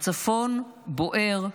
הצפון בוער,